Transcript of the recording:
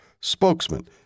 spokesman